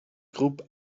groupe